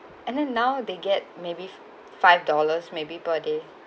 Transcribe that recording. and then now they get maybe five dollars maybe per day